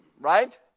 right